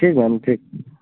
ठीक है मैम ठीक